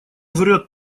врёт